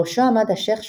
בראשו עמד השייח שופיק,